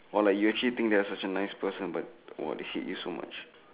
orh like you actually think they are such a nice person but orh they hate you so much